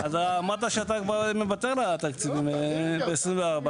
אמרת שאתה כבר מוותר על התקציבים ב-24'.